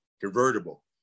convertible